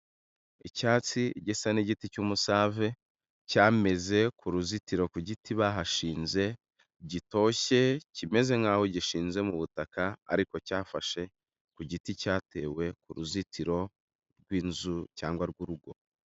Icyatsi gisa n'igiti cy'umusave cyameze ku ruzitiro ku giti bahashinze gitoshye, kimeze nk'aho gishinze mu butaka ariko cyafashe ku giti cyatewe ku ruzitiro rw'inzu cyangwa rw'urugo.